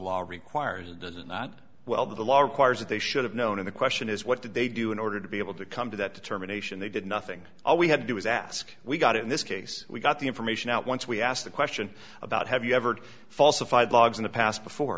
law requires does it not well the law requires that they should have known in the question is what did they do in order to be able to come to that determination they did nothing all we had to do was ask we got in this case we got the information out once we asked the question about have you ever falsified logs in the past before